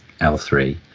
L3